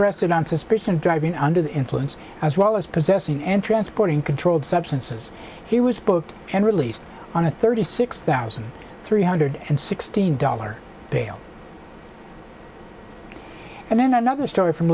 suspicion of driving under the influence as well as possessing an transporting controlled substances he was booked and released on a thirty six thousand three hundred and sixteen dollar bail and then another story from